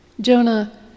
Jonah